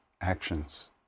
actions